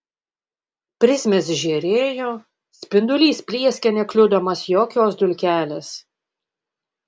prizmės žėrėjo spindulys plieskė nekliudomas jokios dulkelės